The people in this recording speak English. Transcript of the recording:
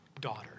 Daughter